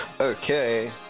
Okay